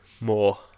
more